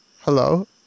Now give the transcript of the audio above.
hello